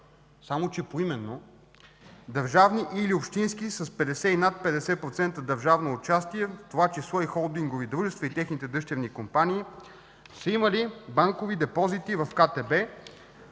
само че поименно, държавни или общински с 50 или над 50% държавно участие, в това число холдингови дружества и техните дъщерни компании, са имали банкови депозити в КТБ,